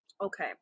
okay